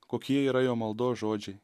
kokie yra jo maldos žodžiai